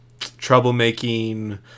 troublemaking